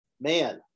Man